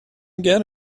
get